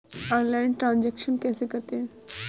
Online transaction कैसे करते हैं?